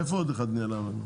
איפה עוד אחד נעלם לנו?